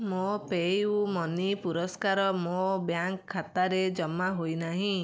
ମୋ ପେୟୁମନି ପୁରସ୍କାର ମୋ ବ୍ୟାଙ୍କ୍ ଖାତାରେ ଜମା ହୋଇନାହିଁ